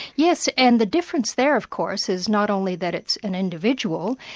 yes, and the difference there of course is not only that it's an individual,